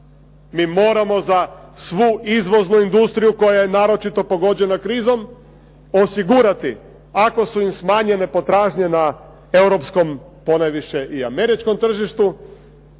Mi moramo za svu izvoznu industriju koja je naročito pogođena krizom osigurati ako su im smanjenje potražnje na europskom ponajviše i američkom tržištu,